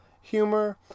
humor